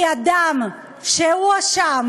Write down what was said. כי אדם שהואשם,